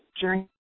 journey